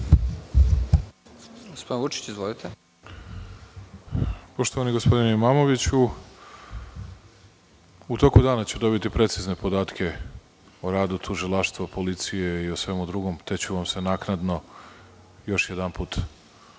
Gospodin Vučić. Izvolite.